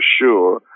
sure